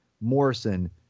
Morrison